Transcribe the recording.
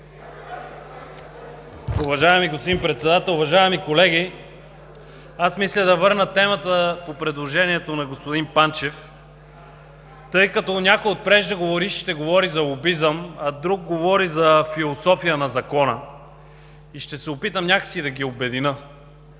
Уважаеми господин Председател, уважаеми колеги! Аз мисля да върна темата по предложението на господин Панчев, тъй като някои от преждеговорившите говориха за лобизъм, а други говориха за философията на Закона. Ще се опитам някак си да ги обединя,